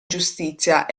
giustizia